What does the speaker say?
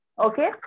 okay